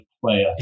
player